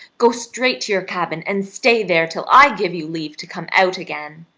go straight to your cabin, and stay there till i give you leave to come out again.